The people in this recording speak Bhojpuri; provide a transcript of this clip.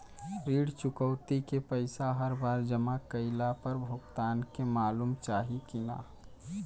ऋण चुकौती के पैसा हर बार जमा कईला पर भुगतान के मालूम चाही की ना?